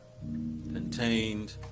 contained